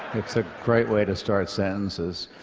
it's a great way to start sentences.